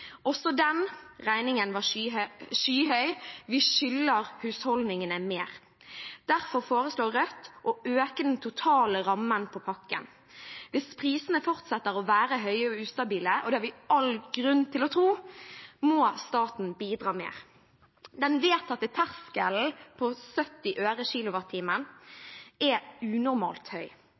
Også den regningen var skyhøy. Vi skylder husholdningene mer. Derfor foreslår Rødt å øke den totale rammen på pakken. Hvis prisene fortsetter å være høye og ustabile, og det har vi all grunn til å tro, må staten bidra mer. Den vedtatte terskelen på 70 øre/kWh er unormalt høy.